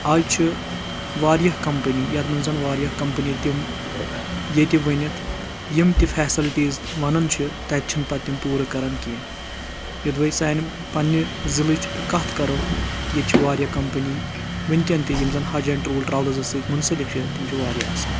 آز چھُ واریاہ کمپٔنی یَتھ منٛز زن واریاہ کمپٔنی تِم ییٚتہِ ؤنِتھ یِم تہِ فیسَلٹیٖز وَنان چھِ تَتہِ چھِنہٕ پتہٕ تِم پوٗرٕ کران کینٛہہ یۄد وےٚ سانہِ پننہِ ضِلٕچ کَتھ کَرو ییٚتہِ چھِ واریاہ کمپٔنی وٕنکؠن تہِ یِم زَن حج ایٚنٛڈ ٹوٗر ٹرٛولزَس سۭتۍ مُنسَلِک چھِ تِم چھِ واریاہ اَصٕل